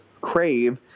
crave